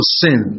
sin